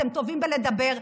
אתם טובים בלדבר.